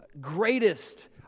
greatest